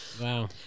wow